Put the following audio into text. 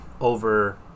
over –